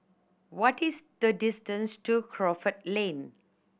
what is the distance to Crawford Lane